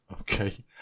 Okay